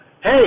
hey